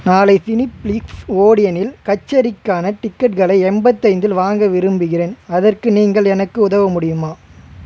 நாளை சினிஃபிளிக்ஸ் ஓடியனில் கச்சேரிக்கான டிக்கெட்களை எண்பத்தைந்தில் வாங்க விரும்புகிறேன் அதற்கு நீங்கள் எனக்கு உதவ முடியுமா